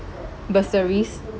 bursaries